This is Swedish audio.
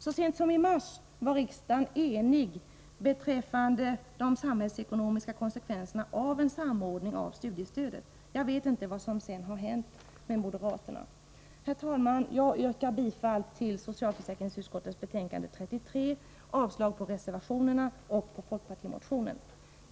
Så sent som i mars var riksdagen enig om de samhällsekonomiska konsekvenserna av en samordning av studiestödet. Jag vet inte vad som sedan hänt med moderaterna. Herr talman! Jag yrkar bifall till hemställan i socialförsäkringsutskottets betänkande 33 och avslag på reservationerna och på folkpartimotionen.